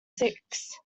six